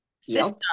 system